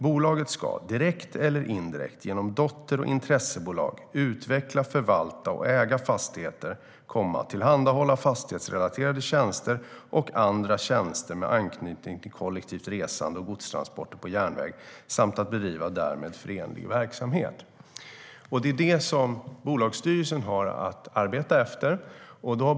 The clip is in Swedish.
Bolaget ska direkt eller indirekt genom dotter och intressebolag utveckla, förvalta och äga fastigheter, tillhandahålla fastighetsrelaterade tjänster och andra tjänster med anknytning till kollektivt resande och godstransporter på järnväg samt att bedriva därmed förenlig verksamhet." Det är detta bolagsstyrelsen har att arbeta efter.